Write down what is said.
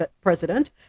President